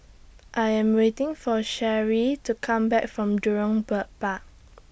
I Am waiting For Sherry to Come Back from Jurong Bird Park